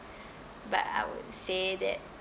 but I would say that